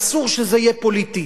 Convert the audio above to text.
אסור שזה יהיה פוליטי.